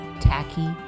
tacky